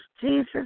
Jesus